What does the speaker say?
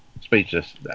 speechless